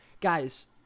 guys